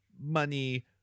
money